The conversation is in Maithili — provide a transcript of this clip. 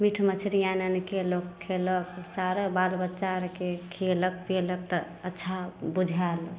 मीट मछरी आनि आनिके लोक खेलक सारे बाल बच्चा आरके खियेलक पीयेलक तऽ अच्छा बुझायल